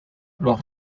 los